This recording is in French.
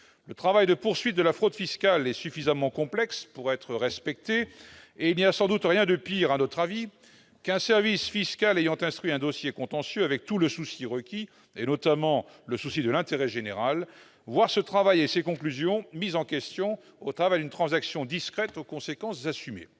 inhérent à la poursuite de la fraude fiscale est suffisamment complexe pour être respecté. Il n'y a sans doute rien de pire, à notre avis, pour un service fiscal ayant instruit un dossier contentieux avec tout le souci requis, et notamment le souci de l'intérêt général, que de voir ce travail et ses conclusions mis en question au travers d'une transaction discrète aux conséquences assumées.,